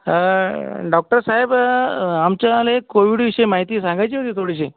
doctor साहेब आमच्याले कोविडविषयी माहिती सांगायची होती थोडीशी